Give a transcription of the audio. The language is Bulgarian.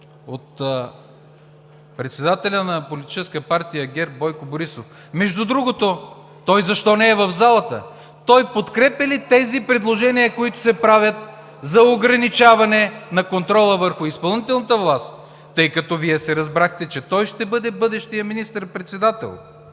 от председателя на Политическа партия ГЕРБ Бойко Борисов? Между другото, той защо не е в залата? Той подкрепя ли тези предложения, които се правят за ограничаване на контрола върху изпълнителната власт? Тъй като Вие се разбрахте, че той ще бъде бъдещият министър-председател.